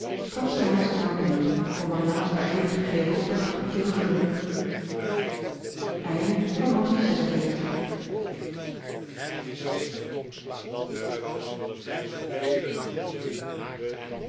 trad zij de huiskamer binnen om marianne's daareven gegeven opdracht te vervullen